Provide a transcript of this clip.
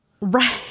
Right